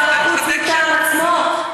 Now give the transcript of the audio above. שר החוץ מטעם עצמו,